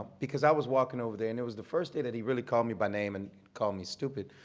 because i was walking over there and it was the first day that he really called me by name and called me stupid.